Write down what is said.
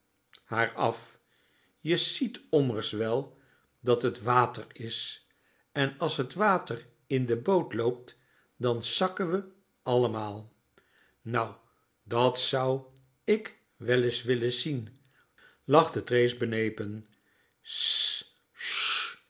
af je siet ommers wel dat t water is en as t water in de boot loopt dan sàkke we allemaal nou dat sou k wel is wille sien lachte trees benepen